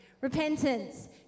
Repentance